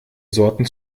sorten